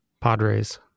Padres